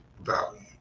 value